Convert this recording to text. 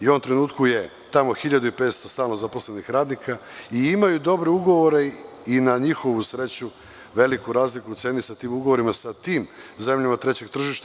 Tamo je 1.500 stalno zaposlenih radnika i imaju dobre ugovore i, na njihovu sreću, veliku razliku u ceni sa tim ugovorima sa tim zemljama trećeg tržišta.